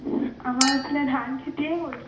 আমাৰ আছিল ধান খেতিয়ে কৰিছে